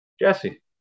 Jesse